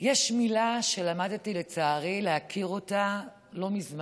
יש מילה שלמדתי, לצערי, להכיר אותה לא מזמן: